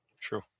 True